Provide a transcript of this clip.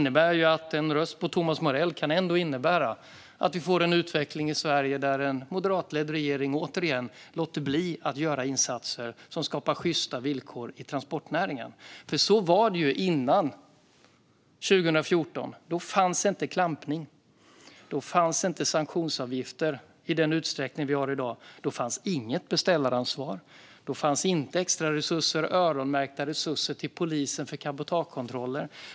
En röst på Thomas Morell kan ändå innebära att vi får en utveckling i Sverige där en moderatledd regering låter bli att göra insatser som skapar sjysta villkor i transportnäringen. Så var det innan 2014. Då fanns inte klampning. Då fanns inte sanktionsavgifter i den utsträckning som finns i dag. Då fanns inget beställaransvar eller extra öronmärkta resurser till polisen för cabotagekontroller.